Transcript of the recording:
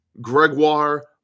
Gregoire